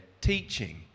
teaching